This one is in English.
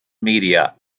media